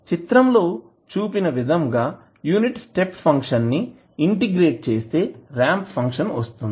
చిత్రంలో చూపిన విధంగా యూనిట్ స్టెప్ ఫంక్షన్ ని ఇంటిగ్రేట్ చేస్తే రాంప్ ఫంక్షన్ వస్తుంది